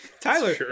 Tyler